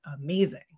amazing